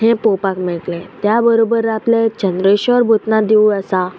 हे पोवपाक मेळटले त्या बरोबर आपले चंद्रेश्वर भुतनाथ देवूळ आसा